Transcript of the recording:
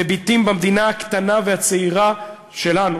מביטים במדינה הקטנה והצעירה שלנו,